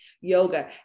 yoga